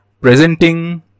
Presenting